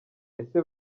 ese